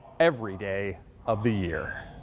every day of the year.